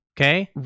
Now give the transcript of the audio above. Okay